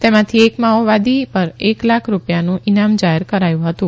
તેમાંથી એક માઓવાદી પર એક લાખ રૂપિયાનું ઇનામ જાહેર કરાયું હતું